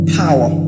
power